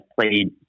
played